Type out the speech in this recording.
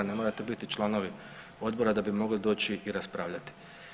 Ne morate biti članovi Odbora da bi mogli doći i raspravljati.